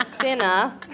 thinner